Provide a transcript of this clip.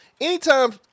anytime